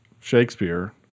Shakespeare